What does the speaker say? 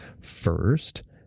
First